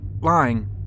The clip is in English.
lying